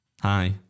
hi